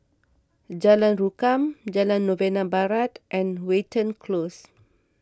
Jalan Rukam Jalan Novena Barat and Watten Close